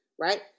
right